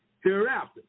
hereafter